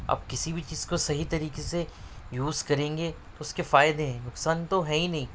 آپ کسی بھی چیز کو صحیح طریقے سے یوز کریں گے اس کے فائدے ہیں نقصان تو ہے ہی نہیں